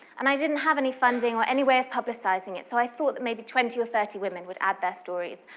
and i didn't have any funding or any way of publicizing it, so i thought that maybe twenty or thirty women would add their stories,